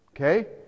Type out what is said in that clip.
okay